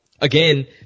again